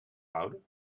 houden